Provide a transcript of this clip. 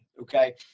okay